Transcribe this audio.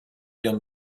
done